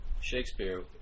Shakespeare